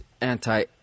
anti